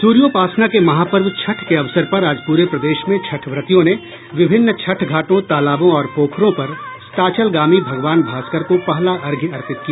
सूर्योपासना के महापर्व छठ के अवसर पर आज पूरे प्रदेश में छठव्रतियों ने विभिन छठ घाटों तालाबों और पोखरों पर अस्ताचलगामी भगवान भास्कर को पहला अर्घ्य अर्पित किया